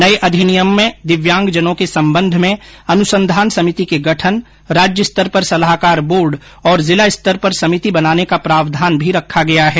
नये अधिनियमों में दिव्यांगजनों के संबंध में अनुसंधान समिति के गठन राज्य स्तर पर सलाहकार बोर्ड और जिला स्तर पर समिति बनाने का प्रावधान भी रखा गया है